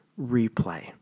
Replay